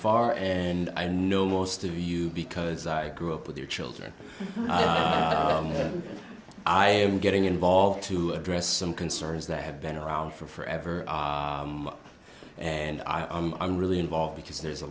far and i know most of you because i grew up with your children i am getting involved to address some concerns that have been around for forever and i am i'm really involved because there's a